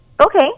Okay